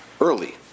early